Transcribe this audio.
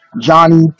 Johnny